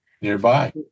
nearby